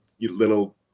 little